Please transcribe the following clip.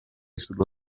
sullo